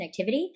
connectivity